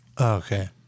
Okay